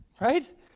Right